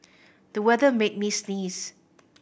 the weather made me sneeze